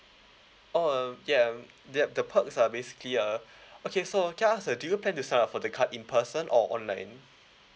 oh um yeah um yup the perks are basically uh okay so can I ask uh do you plan to sign up for the card in person or online